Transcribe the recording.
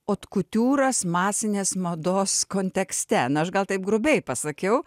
otkutiūras masinės mados kontekste na aš gal taip grubiai pasakiau